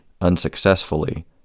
unsuccessfully